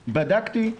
בדקתי,